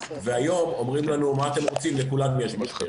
והיום אומרים לנו, מה אתם רוצים, לכולנו יש משבר.